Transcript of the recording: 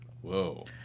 Whoa